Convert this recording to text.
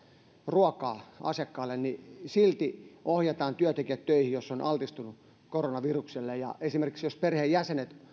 ruokaa asiakkaille niin silti ohjataan työntekijä töihin jos on altistunut koronavirukselle ja esimerkiksi jos perheenjäsenet